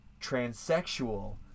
transsexual